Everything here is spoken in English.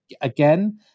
again